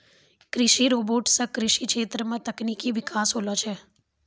कृषि रोबोट सें कृषि क्षेत्र मे तकनीकी बिकास होलो छै